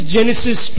Genesis